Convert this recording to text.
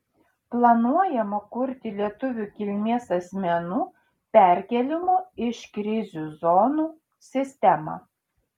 planuojama kurti lietuvių kilmės asmenų perkėlimo iš krizių zonų sistemą